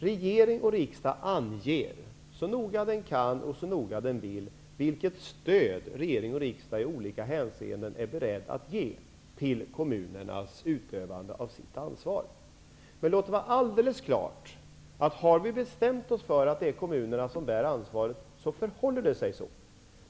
Regering och riksdag anger -- så noga de kan och vill -- vilket stöd regering och riksdag i olika hänseenden är beredd att ge till kommunernas utövande av ansvaret. Men det måste vara helt klart att om vi har bestämt oss för att det är kommunerna som bär ansvaret, så förhåller det sig så.